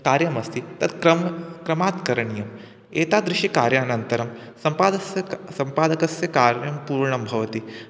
कार्यमस्ति तत् क्रं क्रमात् करणीयम् एतादृशि कार्यानन्तरं सम्पादस्य क् सम्पादकस्य कार्यं पूर्णं भवति